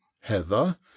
heather